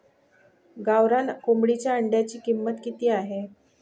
गावरान कोंबडीच्या अंड्याची किंमत किती आहे?